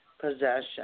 possession